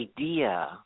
idea